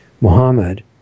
Muhammad